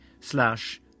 slash